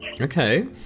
okay